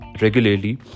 regularly